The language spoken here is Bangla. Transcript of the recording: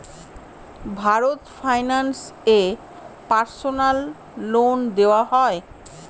ভারত ফাইন্যান্স এ পার্সোনাল লোন দেওয়া হয়?